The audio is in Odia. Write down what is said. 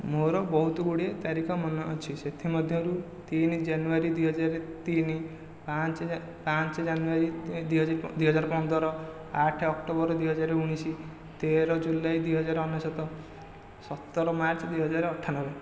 ମୋର ବହୁତ ଗୁଡ଼ିଏ ତାରିଖ ମନେ ଅଛି ସେଥିମଧ୍ୟରୁ ତିନି ଜାନୁଆରୀ ଦୁଇ ହଜାର ତିନି ପାଞ୍ଚ ପାଞ୍ଚ ଜାନୁଆରୀ ଦୁଇ ହଜାର ପନ୍ଦର ଆଠ ଅକ୍ଟୋବର ଦୁଇହଜାର ଉଣେଇଶ ତେର ଜୁଲାଇ ଦୁଇ ହଜାର ଅନେଶତ ସତର ମାର୍ଚ୍ଚ ଦୁଇ ହଜାର ଅଠାନବେ